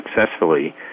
successfully